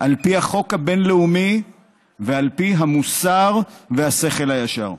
על פי החוק הבין-לאומי ועל פי המוסר והשכל הישר.